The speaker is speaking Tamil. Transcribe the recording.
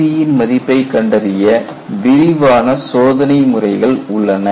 K1C ன் மதிப்பை கண்டறிய விரிவான சோதனை முறைகள் உள்ளன